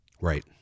Right